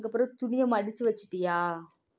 அதுக்கப்புறம் துணியை மடித்து வச்சிட்டியா